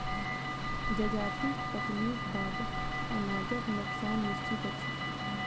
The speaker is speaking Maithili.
जजाति कटनीक बाद अनाजक नोकसान निश्चित अछि